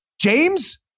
James